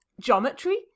geometry